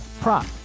prop